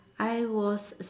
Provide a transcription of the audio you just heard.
I was